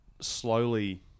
slowly